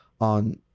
On